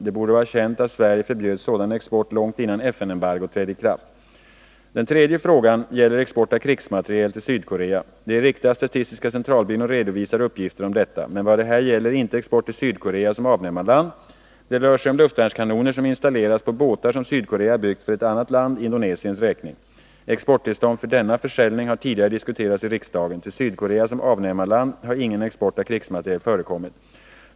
Det borde vara känt att Sverige förbjöd sådan export långt innan FN-embargot trädde i kraft. Den tredje frågan gäller export av krigsmateriel till Sydkorea. Det är riktigt att statistiska centralbyrån redovisar uppgifter om detta. Men vad det här gäller är inte export till Sydkorea som avnämarland. Det rör sig om luftvärnskanoner som installerats på båtar som Sydkorea byggt för ett annat lands, Indonesiens, räkning. Exporttillståndet för denna försäljning har tidigare diskuterats i riksdagen. Till Sydkorea som avnämarland har ingen export av krigsmateriel förekommit.